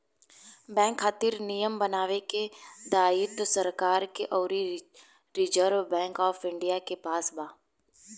bank खातिर नियम बनावे के दायित्व सरकार के अउरी रिजर्व बैंक ऑफ इंडिया के पास बा